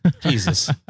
Jesus